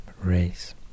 race